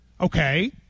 okay